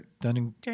Dunning